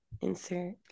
insert